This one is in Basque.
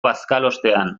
bazkalostean